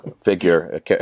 figure